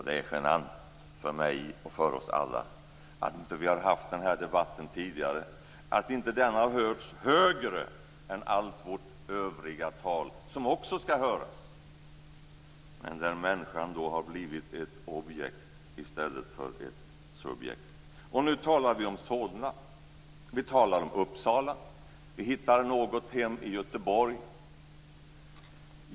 Det är genant för mig och för oss alla att vi inte haft den här debatten tidigare, att den inte hörts högre än allt vårt övriga tal, som också skall höras men där människan har blivit ett objekt i stället för att vara ett subjekt. Nu talar vi om Solna, Uppsala och något hem i Göteborg.